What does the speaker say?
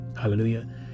Hallelujah